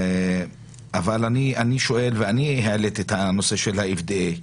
אבל אני שואל ואני העליתי את הנושא של ה-FDA.